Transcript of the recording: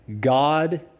God